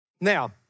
Now